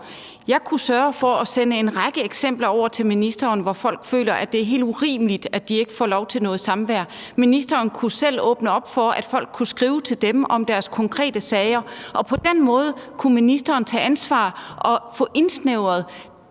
Jeg kunne sørge for at sende en række eksempler over til ministeren på, at folk føler, det er helt urimeligt, at de ikke får lov til noget samvær. Ministeren kunne selv åbne op for, at folk kunne skrive om deres konkrete sager, og på den måde kunne ministeren tage ansvar og få indsnævret